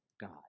God